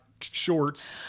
shorts